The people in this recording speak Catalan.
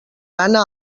gana